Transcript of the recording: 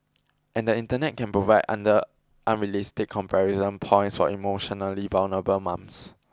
and the Internet can provide other unrealistic comparison points for emotionally vulnerable mums